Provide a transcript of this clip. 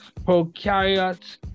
prokaryotes